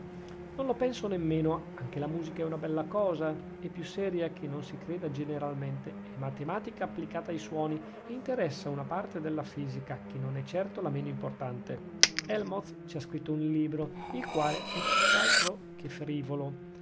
non lo penso nemmeno anche la musica è una bella cosa e più seria che non si creda generalmente è matematica applicata ai suoni e interessa una parte della fisica che non è certo la meno importante helmholtz ci ha scritto un libro il quale è tutt'altro che frivolo